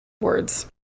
words